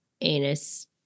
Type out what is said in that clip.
anus